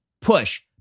push